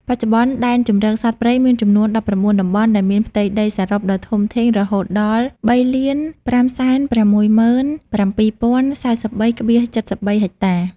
បច្ចុប្បន្នដែនជម្រកសត្វព្រៃមានចំនួន ១៩ តំបន់ ដែលមានផ្ទៃដីសរុបដ៏ធំធេងរហូតដល់ ៣,៥៦៧,០៤៣.៧៣ ហិកតា។